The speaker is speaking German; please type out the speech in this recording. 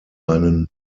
einen